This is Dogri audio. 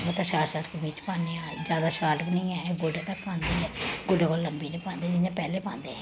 मी ते शार्ट शार्ट कमीच पान्नी आं जैदा शार्ट बी निं ऐ गोड्डे तक्क पांदे गोड्डे कोलां लम्बी निं पांदे जि'यां पैह्ले पांदे हे